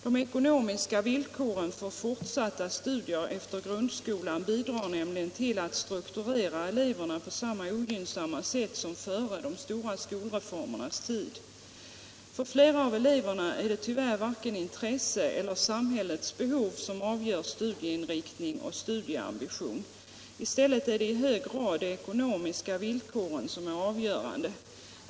De ekonomiska villkoren för fortsatta studier efter grundskolan bidrar nämligen till att strukturera eleverna på samma ogynnsamma sätt som före de stora skolreformernas tid. För flera av eleverna är det tyvärr varken intresse eller samhällets behov som avgör studieinriktning och studieambition. I stället är de eko nomiska villkoren i hög grad avgörande.